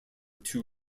two